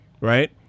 right